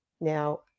Now